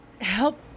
help